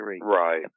Right